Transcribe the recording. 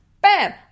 bam